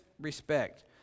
respect